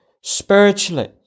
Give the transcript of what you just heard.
spiritually